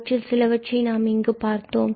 அவற்றில் சிலவற்றை நாம் இங்கு பார்த்தோம்